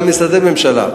גם משרדי הממשלה,